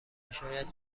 شاید